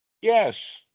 Yes